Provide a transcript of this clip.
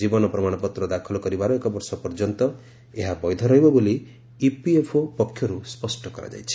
ଜୀବନ ପ୍ରମାଣପତ୍ର ଦାଖଲ କରିବାର ଏକବର୍ଷ ପର୍ଯ୍ୟନ୍ତ ଏହା ବୈଧ ରହିବ ବୋଲି ଇପିଏଫ୍ଓ ପକ୍ଷରୁ ସ୍ୱଷ୍ଟ କରାଯାଇଛି